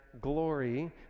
glory